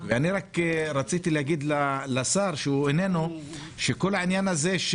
רציתי להגיד לשר הרווחה שכל העניין הזה,